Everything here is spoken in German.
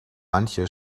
manche